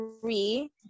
three